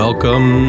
Welcome